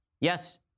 Yes